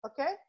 Okay